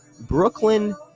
Brooklyn